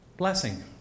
Blessing